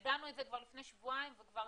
ידענו את זה כבר לפני שבועיים וכבר